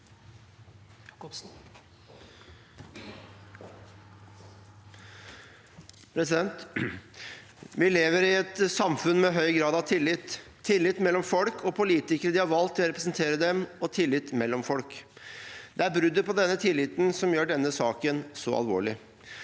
Vi lever i et samfunn med høy grad av tillit, tillit mellom folk og politikere de har valgt til å representere dem, og tillit mellom folk. Det er bruddet på denne tilliten som gjør denne saken så alvorlig.